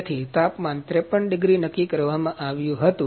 તેથી તાપમાન 53 ડિગ્રી નક્કી કરવામાં આવ્યું હતું